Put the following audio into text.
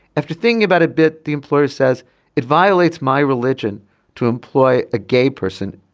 after thinking about a bit the employee says it violates my religion to employ a gay person.